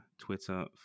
Twitter